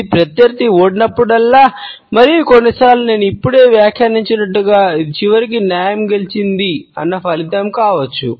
ఇది ప్రత్యర్థిని ఓడించినప్పుడల్లా మరియు కొన్నిసార్లు నేను ఇప్పుడే వ్యాఖ్యానించినట్లుగా ఇది చివరికి న్యాయం గెలిచింది అన్న ఫలితం కావచ్చు